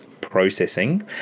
processing